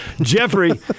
Jeffrey